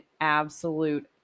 absolute